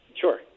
Sure